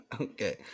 Okay